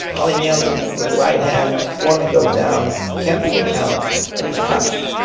ali nails him with a right hand, foreman goes down, can't beat the count and he's crushed.